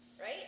Right